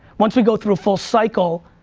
once you go through a full cycle,